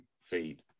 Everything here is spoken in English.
feed